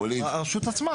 הרשות עצמה.